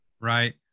right